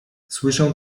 słyszę